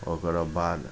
ओकरबाद